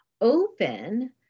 open